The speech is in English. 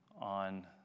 on